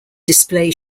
display